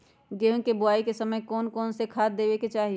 गेंहू के बोआई के समय कौन कौन से खाद देवे के चाही?